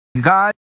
God